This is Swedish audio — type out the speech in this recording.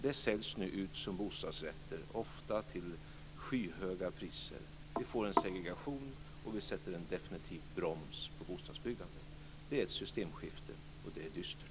Dessa säljs nu ut som bostadsrätter, ofta till skyhöga priser. Vi får en segregation, Och vi sätter en definitiv broms på bostadsbyggandet. Det är ett systemskifte, och det är dystert.